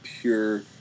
pure